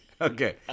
Okay